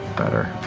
better,